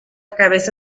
cabeza